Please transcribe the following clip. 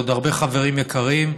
ועוד הרבה חברים יקרים.